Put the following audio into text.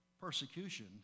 Persecution